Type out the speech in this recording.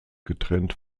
getrennt